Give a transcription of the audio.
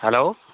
hello